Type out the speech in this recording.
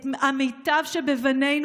את המיטב שבבנינו,